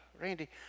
Randy